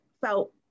felt